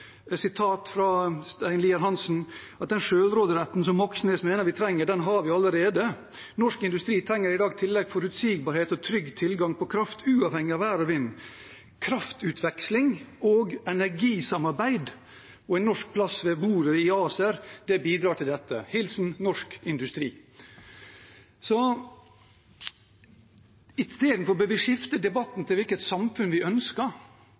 Moxnes mener vi trenger, den har vi allerede. Norsk industri trenger i tillegg forutsigbarhet og trygg tilgang på kraft uavhengig av vær og vind. Kraftutveksling og energisamarbeid, og en norsk plass ved bordet i Acer, bidrar til dette.» Hilsen Norsk Industri. I stedet bør vi skifte debatten til hvilket samfunn vi ønsker,